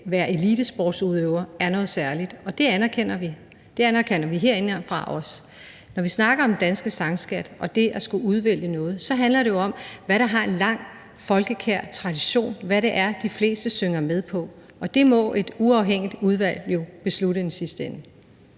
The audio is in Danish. være elitesportsudøver er noget særligt – det anerkender vi. Det anerkender vi også herindefra. Når vi snakker om den danske sangskat og det at skulle udvælge noget, handler det jo om, hvad der har en lang folkekær tradition, hvad det er, de fleste synger med på, og det må et uafhængigt udvalg jo beslutte i sidste ende.